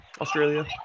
Australia